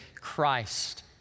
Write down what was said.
Christ